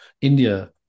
India